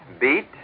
Beat